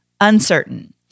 uncertain